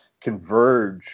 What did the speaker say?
converge